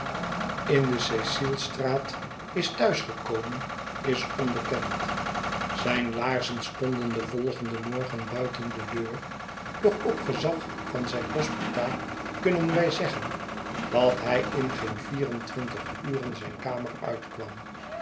in de cecilstraat is thuis gekomen is onbekend ztjn laarzen stonden den volgenden morgen buiten de deur doch op gezag van zijn hospita kunnen wij zeggen dat hij in geen vier en twintig uren zijn kamer uitkwam